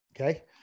Okay